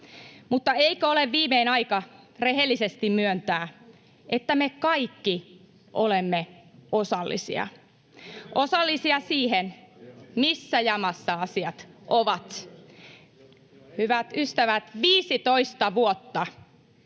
Mutta eikö ole viimein aika rehellisesti myöntää, että me kaikki olemme osallisia siihen, missä jamassa asiat ovat? Hyvät ystävät, 15 vuotta